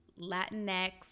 Latinx